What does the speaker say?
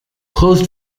closed